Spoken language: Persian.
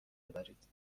ببرید